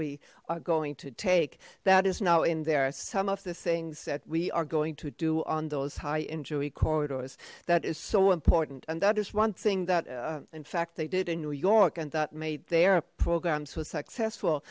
we are going to take that is now in there some of the things that we are going to do on those high injury corridors that is so important and that is one thing that in fact they did in new york and that made their programs were successful